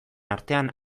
artean